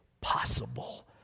possible